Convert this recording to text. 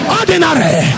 ordinary